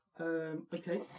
Okay